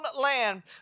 land